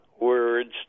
words